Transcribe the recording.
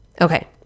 Okay